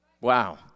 Wow